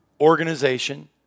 organization